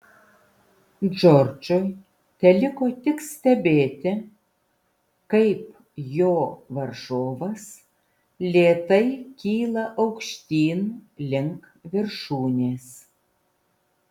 džordžui teliko tik stebėti kaip jo varžovas lėtai kyla aukštyn link viršūnės